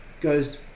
goes